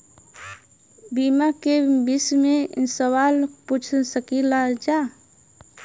बीमा के विषय मे सवाल पूछ सकीलाजा?